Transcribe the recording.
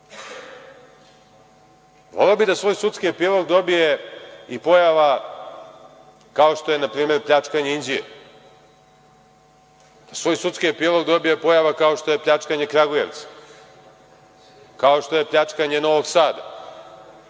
77%.Voleo bi da svoj sudski epilog dobije i pojava, kao što je npr. pljačkanje Inđije, da svoj sudski epilog dobije i pojava kao što je pljačkanje Kragujevac, kao što je pljačkanje Novog Sada,